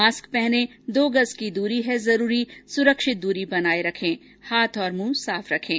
mask पहनें दो गज़ की दूरी है जरूरी सुरक्षित दूरी बनाए रखें हाथ और मुंह साफ रखें